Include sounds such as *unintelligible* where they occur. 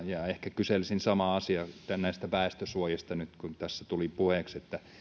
*unintelligible* ja ehkä kyselisin samaa asiaa näistä väestönsuojista nyt kun tässä tuli puheeksi että